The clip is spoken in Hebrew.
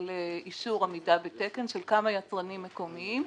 לאישור עמידה בתקן של כמה יצרנים מקומיים,